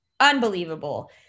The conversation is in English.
unbelievable